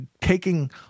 taking